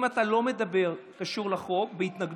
אם אתה לא מדבר על משהו שקשור לחוק בהתנגדות,